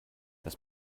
das